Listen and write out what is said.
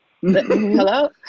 hello